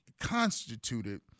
constituted